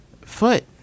foot